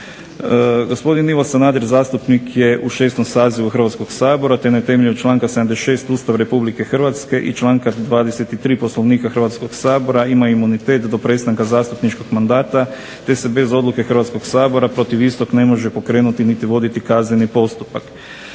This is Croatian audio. Gospodin Ivo Sanader zastupnik je u 6. sazivu Hrvatskog sabora, te na temelju članka 76. Ustava Republike Hrvatske i članka 23. Poslovnika Hrvatskog sabora ima imunitet do prestanka zastupničkog mandata, te se bez odluke Hrvatskog sabora protiv istog ne može pokrenuti niti voditi kazneni postupak.